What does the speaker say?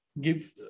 give